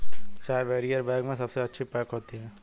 चाय barrier bag में सबसे अच्छी पैक होती है